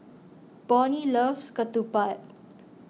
Bonny loves Ketupat